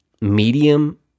medium